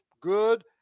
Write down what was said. good